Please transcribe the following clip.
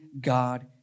God